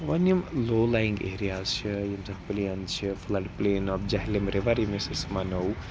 وۄنۍ یِم low lying areas چھِ یِم زَن پٕلین چھِ flood plain of Jhelum river یِم أسۍ أسۍ مَنو